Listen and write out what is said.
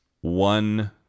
one